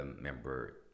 member